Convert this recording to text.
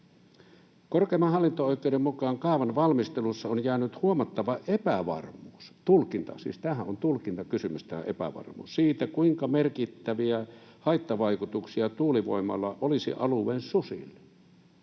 Korkeimman hallinto-oikeuden mukaan kaavan valmistelussa on jäänyt huomattava epävarmuus, tulkinta siis — tämähän on tulkintakysymys, tämä epävarmuus — siitä, kuinka merkittäviä haittavaikutuksia tuulivoimalla olisi alueen susille.